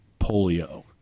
polio